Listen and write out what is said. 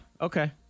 Okay